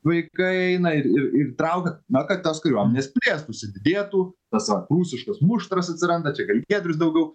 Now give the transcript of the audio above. vaikai eina ir ir ir traukia na kad tos kariuomenės plėstųsi didėtų tas va prūsiškas muštras atsiranda čia gal giedrius daugiau